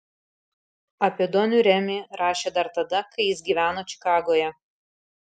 apie donių remį rašė dar tada kai jis gyveno čikagoje